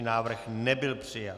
Návrh nebyl přijat.